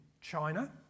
China